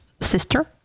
sister